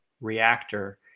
reactor